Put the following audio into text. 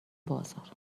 بازار